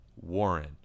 Warren